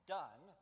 done